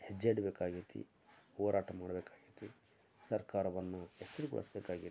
ಹೆಜ್ಜೆ ಇಡಬೇಕಾಗೈತಿ ಹೋರಾಟ ಮಾಡಬೇಕಾಗೈತಿ ಸರ್ಕಾರವನ್ನು ಎಚ್ಚರಗೊಳಿಸ್ಬೇಕಾಗೈತಿ